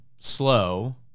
slow